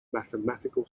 mathematical